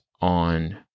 on